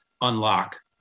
unlock